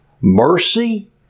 mercy